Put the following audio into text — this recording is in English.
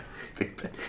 Stupid